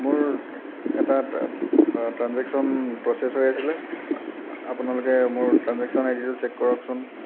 মোৰ এটা transaction process হৈ আছিলে আপোনালোকে মোৰ ট্ৰানজেক্সন আইডি টো চেক কৰকচোন